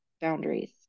boundaries